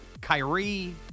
Kyrie